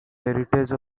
heritage